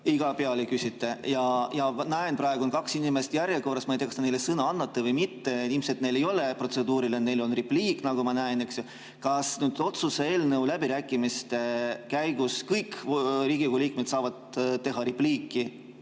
Iga peale küsite! Ja näen, et praegu on kaks inimest järjekorras, ma ei tea, kas te neile sõna annate või mitte. Ilmselt neil ei ole protseduuriline, neil on repliik, nagu ma näen. Kas nüüd otsuse eelnõu läbirääkimiste käigus kõik Riigikogu liikmed saavad öelda repliiki